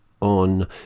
on